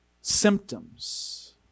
symptoms